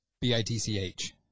B-I-T-C-H